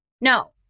No